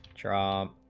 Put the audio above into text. trawl